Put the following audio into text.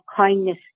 kindness